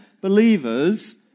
believers